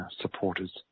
supporters